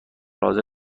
حاضر